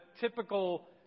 typical